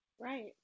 Right